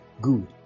Good